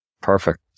perfect